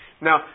Now